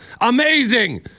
Amazing